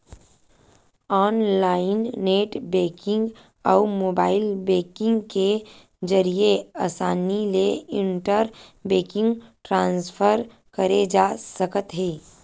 online net banking अउ mobile banking के जरिए असानी ले इंटर बेंकिंग ट्रांसफर करे जा सकत हे